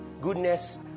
Goodness